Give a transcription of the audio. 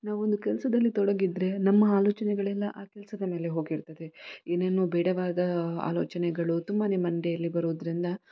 ನಾವೊಂದು ಕೆಲಸದಲ್ಲಿ ತೊಡಗಿದ್ದರೆ ನಮ್ಮ ಆಲೋಚನೆಗಳೆಲ್ಲ ಆ ಕೆಲಸದ ಮೇಲೆ ಹೋಗಿರ್ತದೆ ಏನೇನೋ ಬೇಡವಾದ ಆಲೋಚನೆಗಳು ತುಂಬಾ ಮಂಡೆಯಲ್ಲಿ ಬರೋದ್ರಿಂದ